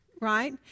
right